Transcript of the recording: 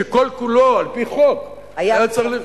שכל כולו על-פי חוק היה צריך,